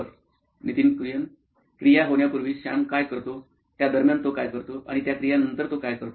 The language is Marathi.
Nitin Kurian COO nine electronics क्रिया होण्यापुर्वी सॅम काय करतो त्या दरम्यान तो काय करतो आणि त्या क्रिया नंतर तो काय करतो